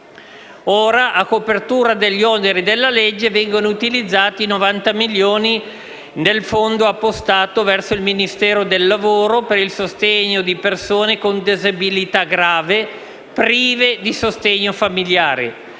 A copertura degli oneri della legge vengono utilizzati i 90 milioni appostati in un fondo presso il Ministero del lavoro per il sostegno di persone con disabilità grave, prive di sostegno famigliare,